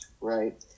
right